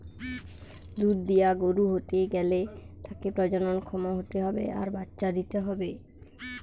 দুধ দিয়া গরু হতে গ্যালে তাকে প্রজনন ক্ষম হতে হবে আর বাচ্চা দিতে হবে